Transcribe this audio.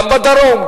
גם בדרום,